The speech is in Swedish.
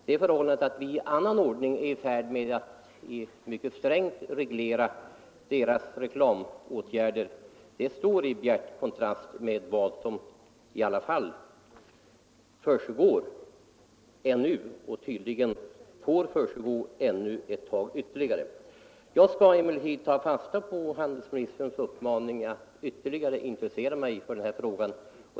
Det förhållandet att vi i annan ordning är i färd med att mycket strängt reglera de seriöst arbetande företagens reklamåtgärder står i bjärt kontrast till vad som försiggår, och tydligen får försiggå ännu en tid på det här området. Jag skall emellertid ta fasta på handelsministerns uppmaning att ytterligare intressera mig för denna fråga.